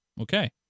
Okay